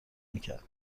میکرد